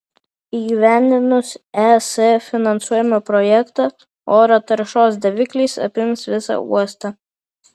įgyvendinus es finansuojamą projektą oro taršos davikliais apims visą uostą